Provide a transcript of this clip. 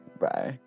bye